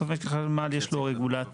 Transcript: משק החשמל יש לו רגולטור.